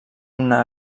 una